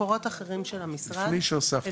מקורות אחרים של המשרד --- לפני שהוספתם,